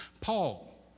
Paul